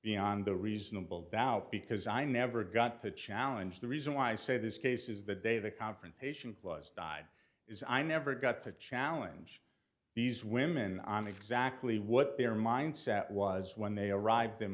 beyond the reasonable doubt because i never got to challenge the reason why i say this case is that they the confrontation clause died is i never got to challenge these women on exactly what their mindset was when they arrive